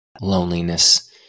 loneliness